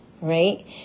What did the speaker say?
Right